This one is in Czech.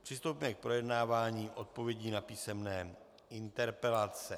Přistoupíme k projednávání odpovědí na písemné interpelace.